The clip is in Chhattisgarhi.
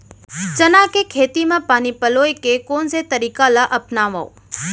चना के खेती म पानी पलोय के कोन से तरीका ला अपनावव?